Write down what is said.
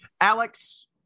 Alex